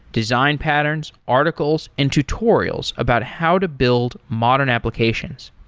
design patterns, articles and tutorials about how to build modern applications.